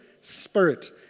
Spirit